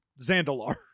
Zandalar